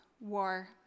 war